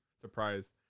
surprised